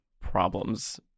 problems